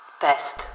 Best